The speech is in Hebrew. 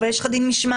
אבל יש לך דין משמעתי.